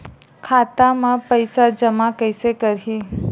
खाता म पईसा जमा कइसे करही?